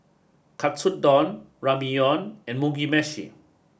Katsudon Ramyeon and Mugi Meshi